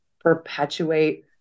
perpetuate